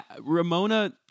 Ramona